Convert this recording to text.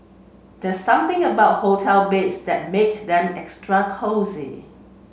there's something about hotel beds that make them extra cosy